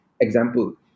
Example